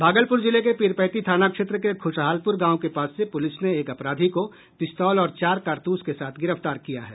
भागलपुर जिले के पीरपैंती थाना क्षेत्र के ख्रशहालपुर गांव के पास से पूलिस ने एक अपराधी को पिस्तौल और चार कारतूस के साथ गिरफ्तार किया है